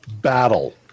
battle